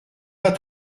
pas